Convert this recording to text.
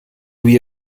wie